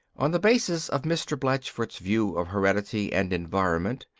on the basis of mr. blatchford's view of heredity and environment,